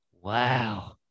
Wow